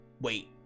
wait